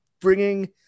bringing